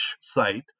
site